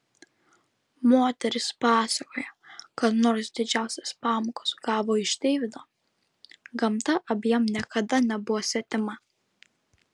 moteris pasakoja kad nors didžiausias pamokas gavo iš deivido gamta abiem niekada nebuvo svetima